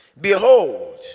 behold